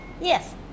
Yes